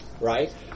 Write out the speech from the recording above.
right